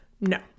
No